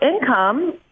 income